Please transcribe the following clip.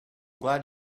glad